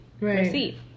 receive